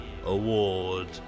award